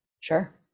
Sure